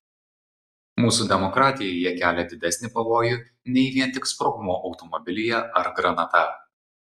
mūsų demokratijai jie kelia didesnį pavojų nei vien tik sprogmuo automobilyje ar granata